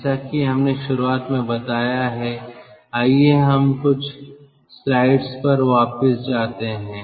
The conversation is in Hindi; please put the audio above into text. जैसा कि हमने शुरुआत में बताया है आइए हम कुछ स्लाइड्स पर वापस जाते हैं